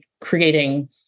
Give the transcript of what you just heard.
creating